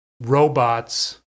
robots